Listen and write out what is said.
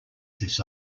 this